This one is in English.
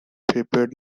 prepared